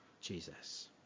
Jesus